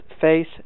face